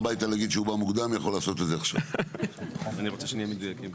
אני רוצה שנהיה מדויקים פשוט.